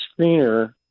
screener